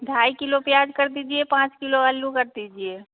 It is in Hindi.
ढ़ाई किलो प्याज कर दीजिए पाँच किलो आलू कर दीजिए